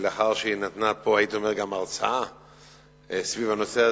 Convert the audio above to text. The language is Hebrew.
לאחר שהיא נתנה פה הרצאה סביב הנושא,